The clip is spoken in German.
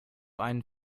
einen